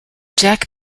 jack